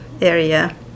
area